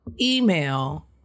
email